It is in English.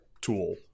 tool